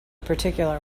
particular